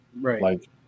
Right